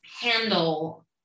handle